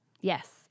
Yes